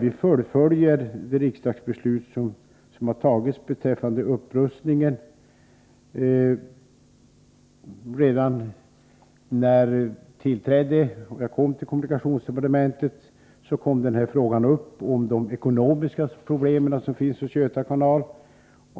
Vi fullföljer det riksdagsbeslut som har fattats beträffande upprustningen. Redan när jag tillträdde kom frågan upp om de ekonomiska problem som finns med Göta kanal.